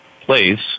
place